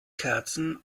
kerzen